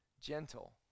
Gentle